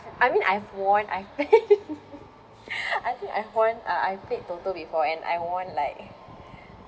I mean I've won I've I think I've won uh I've played toto before and I won like